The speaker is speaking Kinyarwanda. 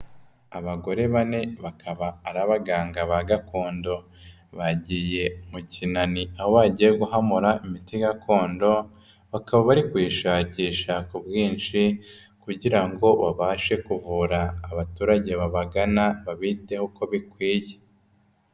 Abagore bane, bakaba ari abaganga ba gakondo, bagiye mu kinani aho bagiye guhamura imiti gakondo, bakaba bari kuyishakisha ku bwinshi, kugira ngo babashe kuvura abaturage babagana, babiteho uko bikwiye.